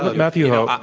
matthew hoh.